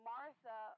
Martha